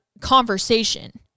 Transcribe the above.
conversation